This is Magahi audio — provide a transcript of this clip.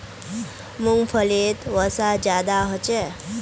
मूंग्फलीत वसा ज्यादा होचे